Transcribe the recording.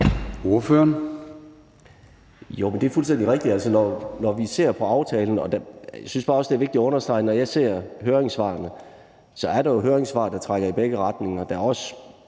Hvelplund (EL): Det er fuldstændig rigtigt. Jeg synes bare også, at det er vigtigt at understrege, at når jeg ser høringssvarene, er der høringssvar, der trækker i begge retninger. Der er også